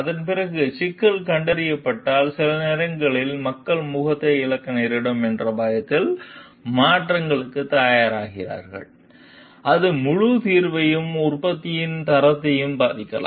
அதன் பிறகு சிக்கல் கண்டறியப்பட்டால் சில நேரங்களில் மக்கள் முகத்தை இழக்க நேரிடும் என்ற பயத்தில் மாற்ற தயங்குகிறார்கள் அது முழு தீர்வையும் உற்பத்தியின் தரத்தையும் பாதிக்கலாம்